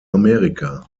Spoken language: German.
amerika